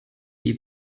die